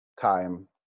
time